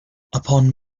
upon